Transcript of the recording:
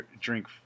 Drink